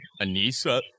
Anissa